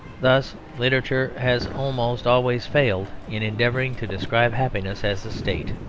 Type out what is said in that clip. thus literature has almost always failed in endeavouring to describe happiness as a state.